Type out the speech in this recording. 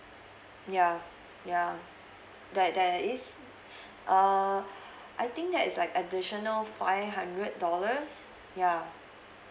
ya ya there there is err I think that is like additional five hundred dollars ya